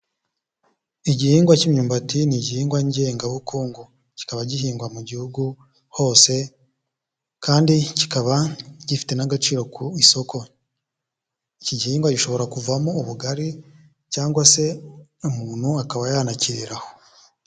Igihingwa k'imyumbati ni igihingwa ngengabukungu kikaba gihingwa mu Gihugu hose kandi kikaba gifite n'agaciro ku isoko, iki gihingwa gishobora kuvamo ubugari cyangwa se umuntu akaba yanakirira aho.